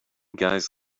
guys